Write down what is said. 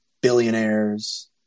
billionaires